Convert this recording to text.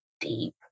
deep